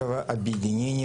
הירושלמית